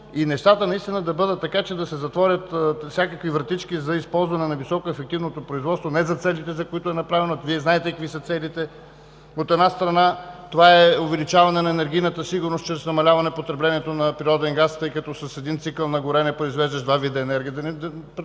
и нещата наистина да бъдат така, че да се затворят всякакви вратички за използване на високоефективното производство не за целите, за които е направено. Вие знаете какви са целите. От една страна, това е увеличаване на енергийната сигурност чрез намаляване потреблението на природен газ, тъй като с един цикъл на горене произвеждаш два вида енергия.